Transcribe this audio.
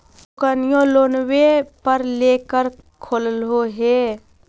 दोकनिओ लोनवे पर लेकर खोललहो हे?